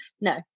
no